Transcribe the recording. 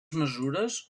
mesures